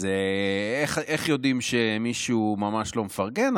אז איך יודעים שמישהו ממש לא מפרגן?